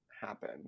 happen